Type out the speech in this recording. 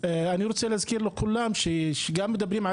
אני רוצה להזכיר לכולם שגם כשמדברים על